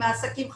עסקים חדשים,